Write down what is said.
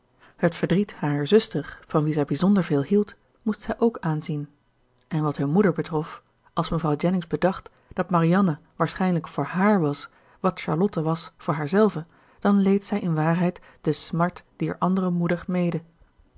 het verdriet harer zuster van wie zij bijzonder veel hield moest zij ook aanzien en wat hunne moeder betrof als mevrouw jennings bedacht dat marianne waarschijnlijk voor haar was wat charlotte was voor haarzelve dan leed zij in waarheid de smart dier andere moeder mede